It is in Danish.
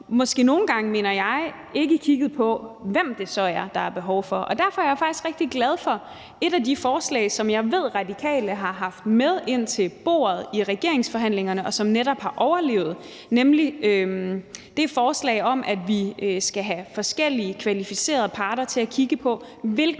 måske nogle gange, mener jeg, ikke har kigget på, hvem det så er, der er behov for. Og derfor er jeg faktisk rigtig glad for et af de forslag, som jeg ved De Radikale har haft med ind til bordet i regeringsforhandlingerne, og som netop har overlevet, nemlig det forslag om, at vi skal have forskellige kvalificerede parter til at kigge på, hvilken